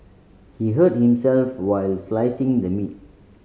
he hurt himself while slicing the meat